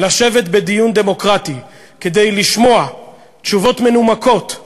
לשבת בדיון דמוקרטי כדי לשמוע תשובות מנומקות,